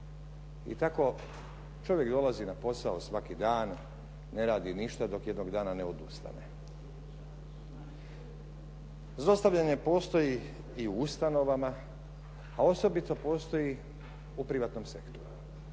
I tako čovjek dolazi na posao svaki dan, ne radi ništa dok jednog dana ne odustane. Zlostavljanje postoji i u ustanovama a osobito postoji u privatnom sektoru.